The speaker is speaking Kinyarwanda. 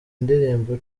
indirimbo